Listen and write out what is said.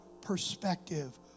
perspective